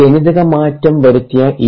ജനിതകമാറ്റം വരുത്തിയ ഇ